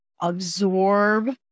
absorb